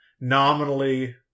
nominally